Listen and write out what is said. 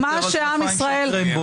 על "כנפיים של קרמבו".